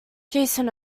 jason